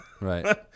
right